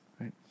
right